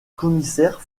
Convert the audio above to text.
commissaire